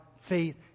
faith